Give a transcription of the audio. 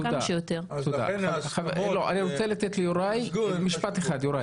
לא זה מה שישפיע על מלאי הדיור.